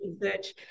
research